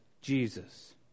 Jesus